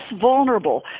vulnerable